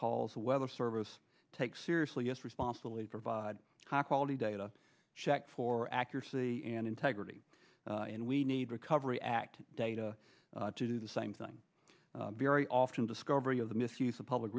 the weather service takes seriously yes responsibility provide high quality data checked for accuracy and integrity and we need recovery act data to do the same thing very often discovery of the misuse of public